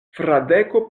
fradeko